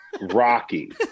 Rocky